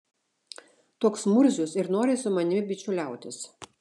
toks murzius ir nori su manimi bičiuliautis